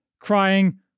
crying